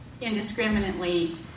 indiscriminately